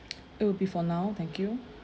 it'll be for now thank you